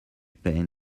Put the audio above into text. pain